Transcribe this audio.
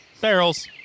Barrels